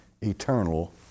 eternal